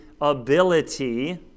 ability